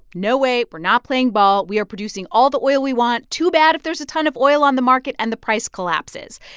no way. we're not playing ball. we are producing all the oil we want. too bad if there's a ton of oil on the market and the price collapses.